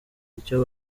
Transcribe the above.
icyo